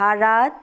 Bharat